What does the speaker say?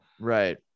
right